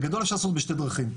בגדול אפשר לעשות בשני דרכים,